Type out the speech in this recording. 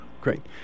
Great